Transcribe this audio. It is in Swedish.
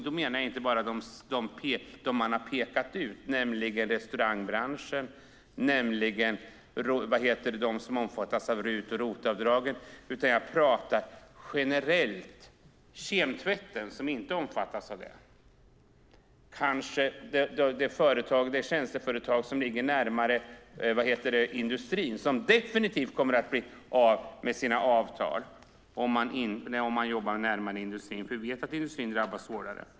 Då menar jag inte bara dem man har pekat ut, nämligen restaurangbranschen eller de som omfattas av RUT och ROT-avdragen, utan jag pratar generellt. Det är kemtvätten, som inte omfattas av det, och det kanske är tjänsteföretag som ligger närmare industrin, som definitivt kommer att bli av med sina avtal. Vi vet att industrin drabbas hårdare.